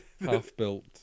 half-built